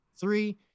Three